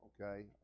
okay